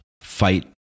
fight